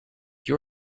you